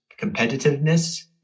Competitiveness